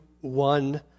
one